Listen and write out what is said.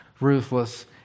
ruthless